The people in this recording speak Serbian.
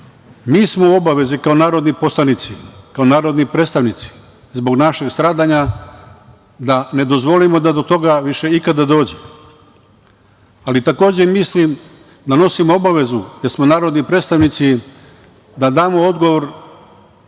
smo u obavezi kao narodni poslanici, kao narodni predstavnici, zbog našeg stradanja da ne dozvolimo da do toga više ikada dođe. Ali, takođe mislim da nosimo obavezu, jer smo narodni predstavnici, da damo odgovor